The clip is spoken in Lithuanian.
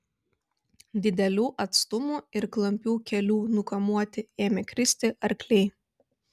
didelių atstumų ir klampių kelių nukamuoti ėmė kristi arkliai